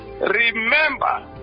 Remember